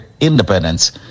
independence